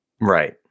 Right